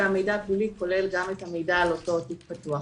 והמידע הפלילי כולל גם את המידע על אותו תיק פתוח.